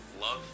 love